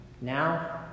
now